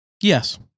yes